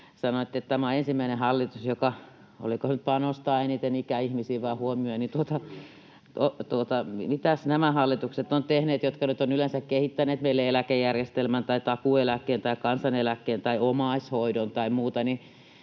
sanoitte, että tämä on ensimmäinen hallitus, joka, oliko se nyt, panostaa eniten ikäihmisiin vai huomioi. [Kimmo Kiljunen: Kyllä!] Mitäs nämä hallitukset ovat tehneet, jotka ovat nyt yleensä kehittäneet meille eläkejärjestelmän tai takuueläkkeen tai kansaneläkkeen tai omaishoidon tai muuta?